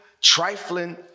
trifling